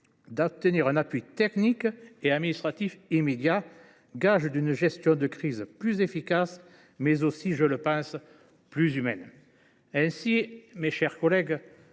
d’obtenir un appui technique et administratif immédiat, gage d’une gestion de crise plus efficace, mais aussi, je le pense, plus humaine. Ainsi, mes chers collègues,